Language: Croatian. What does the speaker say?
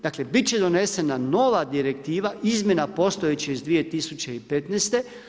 Dakle biti će donesena nova direktiva, izmjene postojeće iz 2015.